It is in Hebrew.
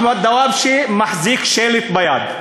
אחמד דוואבשה מחזיק שלט ביד.